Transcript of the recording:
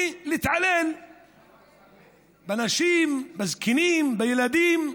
ולהתעלל בנשים, בזקנים, בילדים,